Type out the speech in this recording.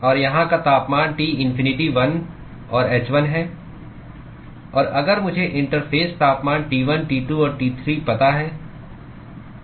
और यहाँ का तापमान T इन्फिनिटी 1 और h1 है और अगर मुझे इंटरफ़ेस तापमान T1 T2 और T 3 पता है